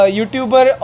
YouTuber